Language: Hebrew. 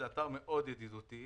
זה אתר מאוד ידידותי,